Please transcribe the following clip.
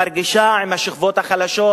מרגישה עם השכבות החלשות,